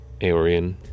Aeorian